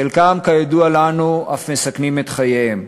חלקם, כידוע לנו, אף מסכנים את חייהם.